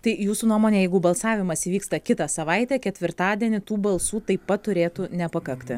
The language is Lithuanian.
tai jūsų nuomone jeigu balsavimas vyksta kitą savaitę ketvirtadienį tų balsų taip pat turėtų nepakakti